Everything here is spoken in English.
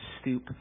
stoop